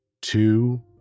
two